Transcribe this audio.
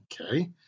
Okay